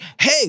hey